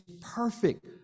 perfect